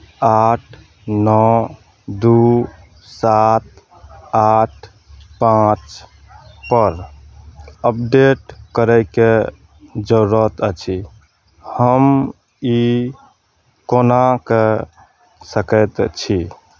आठ नओ दू सात आठ पाँचपर अपडेट करयके जरूरत अछि हम ई कोना कऽ सकैत छी